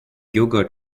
yogurt